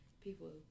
people